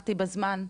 שהארכתי בזמן.